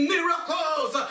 Miracles